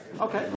Okay